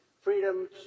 Freedom